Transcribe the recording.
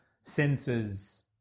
senses